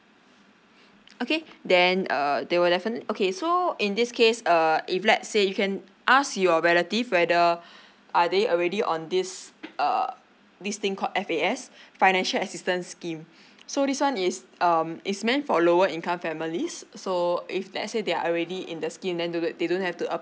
okay then uh they will definitely okay so uh in this case uh if let's say you can ask your relative whether are they already on this uh this thing called F_A_S financial assistance scheme so this one is um is meant for lower income families so if let's say they are already in the scheme then do they they don't have to apply